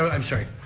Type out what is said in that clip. ah i'm sorry.